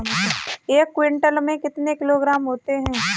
एक क्विंटल में कितने किलोग्राम होते हैं?